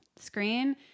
screen